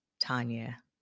Tanya